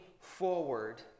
forward